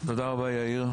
תודה רבה יאיר.